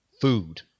Food